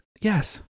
yes